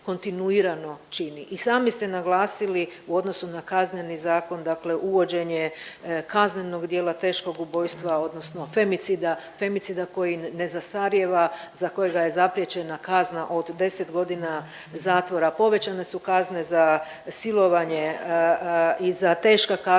I sami ste naglasili u odnosu na Kazneni zakon dakle uvođenje kaznenog djela teškog ubojstva odnosno femicida, femicida koji ne zastarijeva, za kojega je zapriječena kazna od 10.g. zatvora, povećane su kazne za silovanje i za teška kaznena